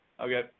Okay